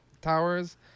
towers